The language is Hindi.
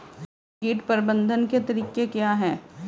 कीट प्रबंधन के तरीके क्या हैं?